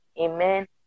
Amen